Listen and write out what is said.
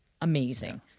Amazing